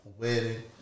wedding